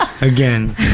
Again